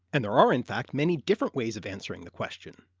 and there are in fact many different ways of answering the question.